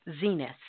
Zenith